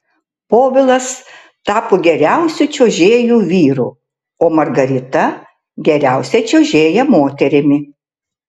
povilas tapo geriausiu čiuožėju vyru o margarita geriausia čiuožėja moterimi